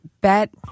bet